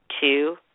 Two